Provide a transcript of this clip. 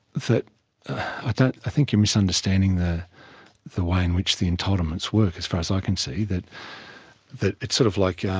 i think i think you're misunderstanding the the way in which the entitlements work, as far as i can see, that that it's sort of like yeah